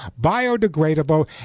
biodegradable